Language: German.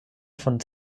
von